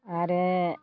आरो